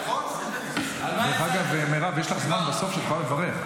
דרך אגב, מירב, יש לך זמן בסוף שבו את יכולה לברך.